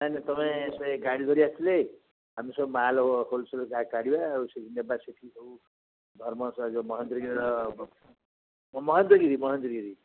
ନାଇଁ ନାଇଁ ତୁମେ ସେ ଗାଡ଼ି ଧରି ଆସିଲେ ଆମେ ସବୁ ମାଲ ହୋଲ୍ସେଲ୍ ଯାହା କାଢ଼ିବା ଆଉ ସେଠ ନେବା ସେଠି ଯେଉଁ ଧର୍ମ ସହ ଯେଉଁ ମହେନ୍ଦ୍ରଗିରିର ମହେନ୍ଦ୍ରଗିରି ମହେନ୍ଦ୍ରଗିରି